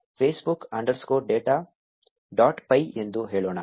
Facebook underscore data dot py ಎಂದು ಹೇಳೋಣ